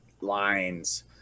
lines